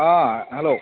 अ hello